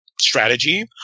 strategy